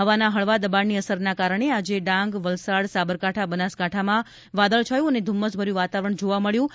હવાના હળવા દબાણની અસરના કારણે આજે ડાંગ વલસાડ સાબરકાંઠા બનાસકાંઠામાં વાદળછાયું અને ધુમ્મસભર્યું વાતાવરણ જોવા મળ્યું હતું